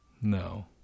No